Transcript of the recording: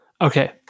okay